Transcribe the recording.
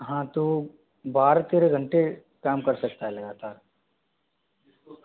हाँ तो बारह तेरह घंटे काम कर सकता है लगातार